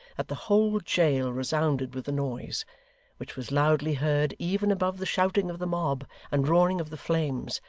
that the whole jail resounded with the noise which was loudly heard even above the shouting of the mob and roaring of the flames,